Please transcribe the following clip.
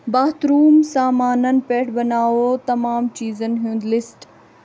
باتھ room سامانن پٮ۪ٹھ بناو تمام چیزن ہُنٛد لسٹ